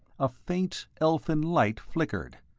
a faint, elfin light flickered,